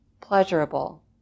pleasurable